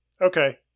Okay